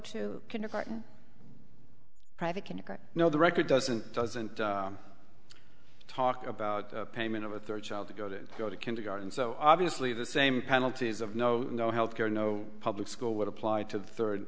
to kindergarten private can you know the record doesn't doesn't talk about payment of a third child to go to go to kindergarten so obviously the same penalties of no no healthcare no public school would apply to the third